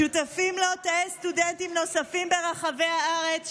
שותפים לו תאי סטודנטים נוספים ברחבי הארץ,